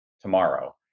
tomorrow